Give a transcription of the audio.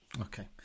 Okay